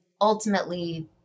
ultimately